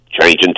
changing